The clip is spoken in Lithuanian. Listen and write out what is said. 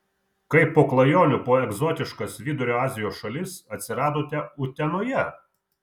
kaip po klajonių po egzotiškas vidurio azijos šalis atsiradote utenoje